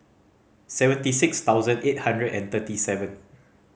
seventy six thousand eight hundred and thirty seven